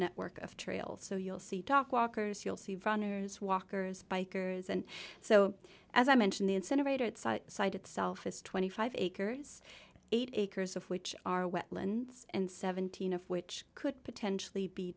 network of trails so you'll see talk walkers you'll see runners walkers bikers and so as i mentioned the incinerator site itself has twenty five dollars acres eight acres of which are wetlands and seventeen of which could potentially be